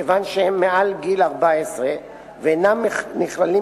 כיוון שהם מעל גיל 14 ואינם נכללים